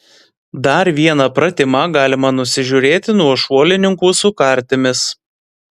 dar vieną pratimą galima nusižiūrėti nuo šuolininkų su kartimis